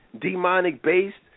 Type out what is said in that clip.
demonic-based